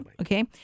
okay